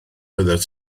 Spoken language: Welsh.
oeddet